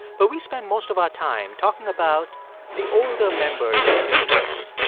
but we spend most of our time talking about the older members of the human race.